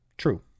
true